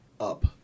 up